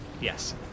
Yes